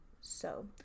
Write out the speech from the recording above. So-